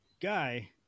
guy